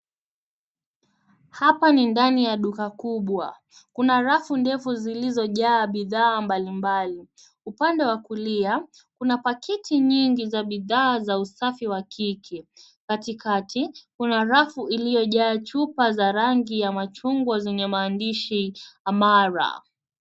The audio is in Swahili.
Hapa ni ndani ya duka kubwa. Kuna rafu ndefu zilizojaa bidhaa mbalimbali. Upande wa kulia kuna pakiti nyingi za bidhaa za usafi wa kike. Katikati kuna rafu iliyo jaa chupa za rangi ya machungwa zenye maandishi AMARA.